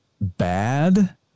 bad